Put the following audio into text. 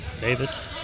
Davis